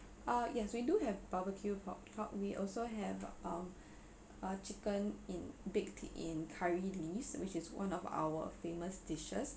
uh yes we do have barbecue pork but we also have um uh chicken in baked in curry leaves which is one of our famous dishes